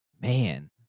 man